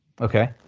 Okay